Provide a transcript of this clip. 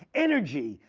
energy,